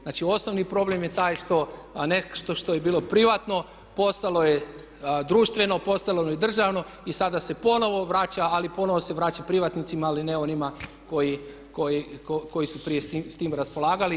Znači osnovni problem je taj što nešto što je bilo privatno postalo je društveno, postalo je državno i sada se ponovno vraća, ali ponovo se vraća privatnicima ali ne onima koji su prije s tim raspolagali.